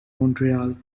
montreal